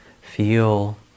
feel